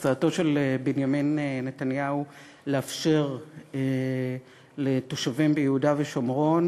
הצעתו של בנימין נתניהו לאפשר לתושבים ביהודה ושומרון